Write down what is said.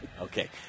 Okay